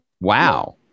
wow